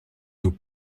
nous